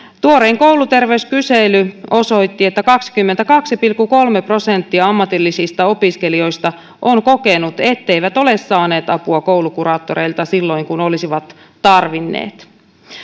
tuorein kouluterveyskysely osoitti että kaksikymmentäkaksi pilkku kolme prosenttia ammatillisista opiskelijoista on kokenut ettei ole saanut apua koulukuraattoreilta silloin kun olisivat sitä tarvinneet